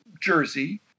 jersey